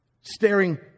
staring